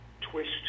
twist